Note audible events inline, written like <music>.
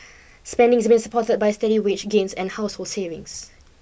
spending is being supported by steady wage gains and household savings <noise>